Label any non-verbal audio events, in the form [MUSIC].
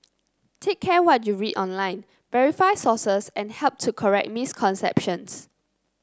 take care what you read online verify sources and help to correct [NOISE] misconceptions